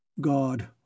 God